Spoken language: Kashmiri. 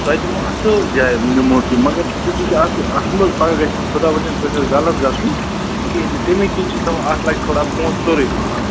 تۅہہِ دِمَو اَصۭل جاے نِمَو تُہۍ مگر تیٛوٗتاہ چھِ اَتھ اَتھ مہٕ حظ پگاہ گژھِ نہٕ خُدا بچٲیِن تۄہہِ سۭتۍ غلط گژھُن کِہیٖنٛۍ تہِ تیٚمی کِنۍ چھِ أسۍ دپان اَتھ لَگہِ تھوڑا پۄنٛسہٕ ژوٚرٕے پہن